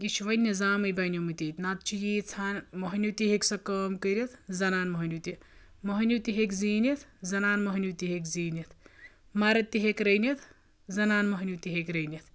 یہِ چھُ وۄنۍ نظامٕے بنیومُت ییٚتہِ نتہٕ چھِ ییٖژہن مٔہنوٗ تہِ ہیٚکہِ سۄ کٲم کٔرِتھ زنان مٔہنیوٗ تہِ مٔہنیوٗ تہِ ہیٚکہِ زیٖنِتھ زنان مٔہنیوٗ تہِ ہیٚکہِ زیٖنِتھ مرد تہٕ ہیٚکہِ رٔنِتھ زنان مٔہنیوٗ تہِ ہیٚکہِ رٔنِتھ